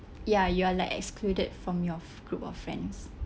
ya you are like excluded from your f~ group of friends